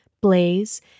Blaze